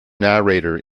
narrator